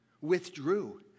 withdrew